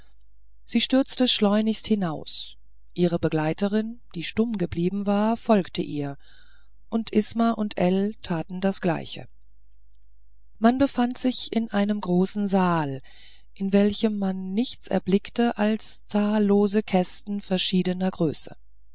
sie stürzte schleunigst hinaus ihre begleiterin die stumm geblieben war folgte ihr und isma und ell taten das gleiche man befand sich in einem großen saal in welchem man nichts erblickte als zahllose kästen verschiedener größe